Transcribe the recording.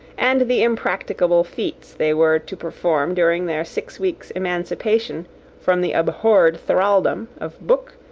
and the impracticable feats they were to perform during their six weeks' emancipation from the abhorred thraldom of book,